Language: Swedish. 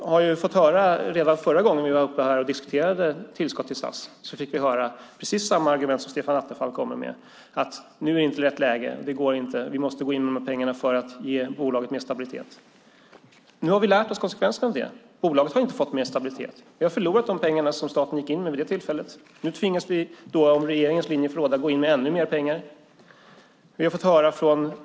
Förra gången vi diskuterade tillskott till SAS fick vi höra precis samma argument som Stefan Attefall här kommer med, att nu är inte rätt läge, att vi måste gå in med dessa pengar för att ge bolaget mer stabilitet. Nu har vi lärt oss av det och sett konsekvenserna. Bolaget har inte fått mer stabilitet. Vi har förlorat de pengar som staten vid det tillfället gick in med. Nu tvingas vi, om regeringens linje får råda, gå in med ännu mer pengar.